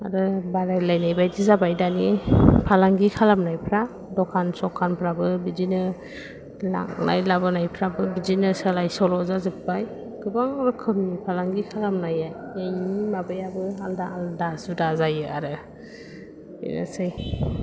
आरो बादायलायनायबादि जाबाय दानि फालांगि खालामनायफ्रा द'खान स'खानफ्राबो बिदिनो लांनाय लाबोनायफ्राबो बिदिनो सोसाय सल' जाजोब्बाय गोबां रोखोमनि फालांगि खालामनायनि माबायाबो आलादा आलादा जुदा जायो आरो बेनोसै